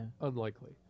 Unlikely